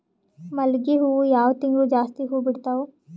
ಮಲ್ಲಿಗಿ ಹೂವು ಯಾವ ತಿಂಗಳು ಜಾಸ್ತಿ ಹೂವು ಬಿಡ್ತಾವು?